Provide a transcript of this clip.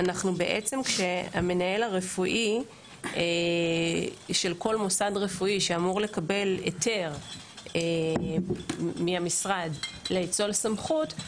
המנהל הרפואי של כל מוסד רפואי אמור לקבל היתר מהמשרד לאצול סמכות.